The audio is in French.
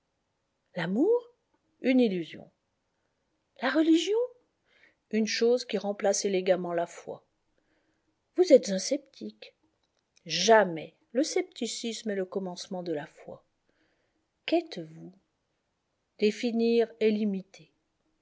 l'amour une illusion la religion une chose qui remplace élégamment la foi vous êtes un sceptique jamais le scepticisme est le commencement de la foi qu'êtes-vous définir est limiter